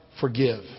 forgive